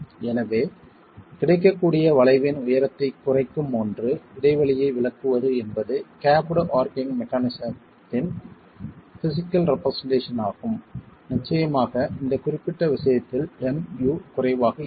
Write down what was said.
எனவே கிடைக்கக்கூடிய வளைவின் உயரத்தைக் குறைக்கும் ஒன்று இடைவெளியை விளக்குவது என்பது கேப்ட் ஆர்ச்சிங் மெக்கானிசத்தின் பிஸிக்கல் ரெப்ரசெண்டேஷன் ஆகும் நிச்சயமாக இந்த குறிப்பிட்ட விஷயத்தில் Mu குறைவாக இருக்கும்